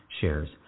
shares